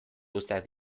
luzeak